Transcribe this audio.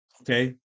okay